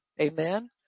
Amen